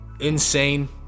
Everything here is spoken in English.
insane